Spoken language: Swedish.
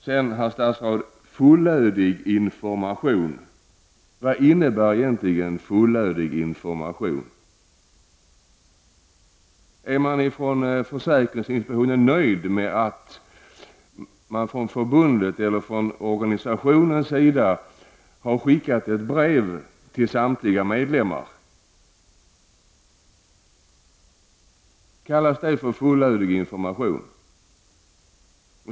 Herr statsråd, vad innebär egentligen fullödig information? Är försäkringsinspektionen nöjd med att man från förbundets eller organisationens sida har skickat ett brev till samtliga medlemmar? Kallas det fullödig information?